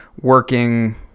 working